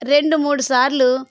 రెండు మూడు సార్లు